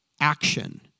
action